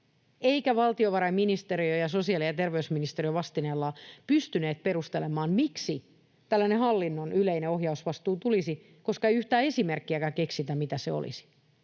eikä valtiovarainministeriö ja sosiaali‑ ja terveysministeriö vastineillaan pystyneet perustelemaan, miksi tällainen hallinnon yleinen ohjausvastuu tulisi, koska ei yhtään esimerkkiäkään keksitä, mitä se olisi.